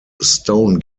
stone